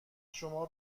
شما